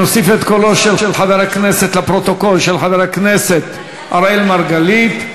נוסיף את קולו של חבר הכנסת אראל מרגלית לפרוטוקול.